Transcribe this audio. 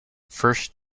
first